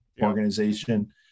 organization